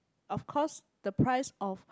of course the price of